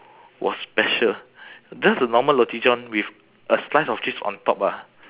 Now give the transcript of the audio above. was special just the normal roti john with a slice of cheese on top ah